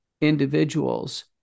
individuals